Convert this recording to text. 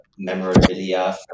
memorabilia